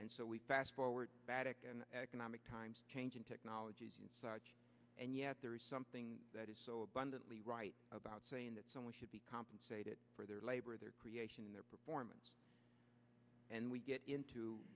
and so we fast forward economic times changing technologies and such and yet there is something that is so abundantly right about saying that someone should be compensated for their labor their creation their performance and we get into